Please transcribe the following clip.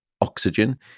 oxygen